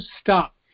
stop